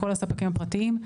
לכל הספקים הפרטיים,